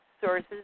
sources